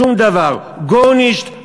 שום דבר, גורנישט,